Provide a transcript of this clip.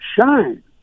shine